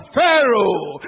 Pharaoh